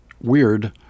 weird